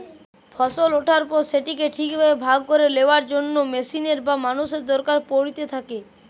ফসল ওঠার পর সেটিকে ঠিক ভাবে ভাগ করে লেয়ার জন্য মেশিনের বা মানুষের দরকার পড়িতে থাকে